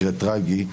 מקרה טרגי,